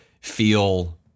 feel